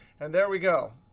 and there we go.